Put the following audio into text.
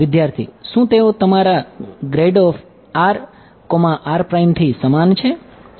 વિદ્યાર્થી શું તેઓ તમારા થી સમાન છે